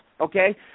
Okay